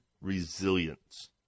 resilience